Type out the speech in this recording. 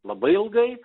labai ilgai